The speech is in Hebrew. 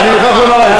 אני מוכרח לומר לך,